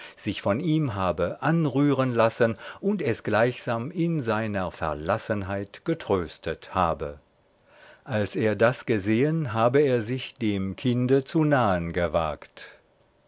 sich von ihm habe anrühren lassen und es gleichsam in seiner verlassenheit getröstet habe als er das gesehen habe er sich dem kinde zu nahen gewagt